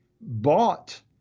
bought